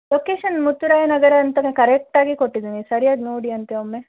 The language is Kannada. ಲೊಕೇಶನ್ ಮುತ್ತುರಾಯನಗರ ಅಂತಾನೆ ಕರೆಕ್ಟಾಗಿ ಕೊಟ್ಟಿದ್ದೀನಿ ಸರಿಯಾಗಿ ನೋಡಿ ಅಂತೆ ಒಮ್ಮೆ